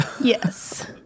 Yes